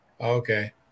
Okay